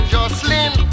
Jocelyn